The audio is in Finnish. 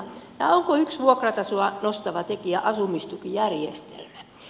onko yksi vuokratasoa nostava tekijä asumistukijärjestelmä